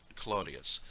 claudius,